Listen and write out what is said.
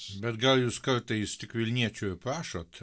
bet gal jūs kartais tik vilniečių ir prašot